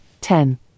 ten